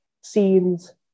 scenes